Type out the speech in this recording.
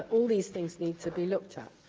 ah all these things need to be looked at.